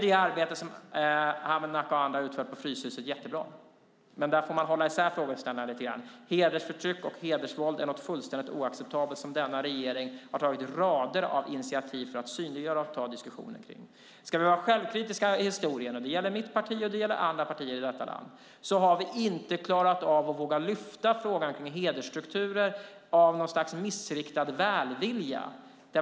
Det arbete som Arhe Hamednaca och andra utför på Fryshuset är jättebra, men vi får hålla isär frågeställningarna lite grann. Hedersförtryck och hedersvåld är någonting fullständigt oacceptabelt, och denna regering har tagit rader av initiativ för att synliggöra och ta diskussioner om det. Ska vi vara självkritiska beträffande historien - det gäller mitt parti och det gäller andra partier i detta land - har vi av något slags missriktad välvilja inte klarat av eller vågat lyfta upp frågan om hedersstrukturer.